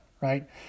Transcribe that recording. Right